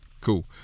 cool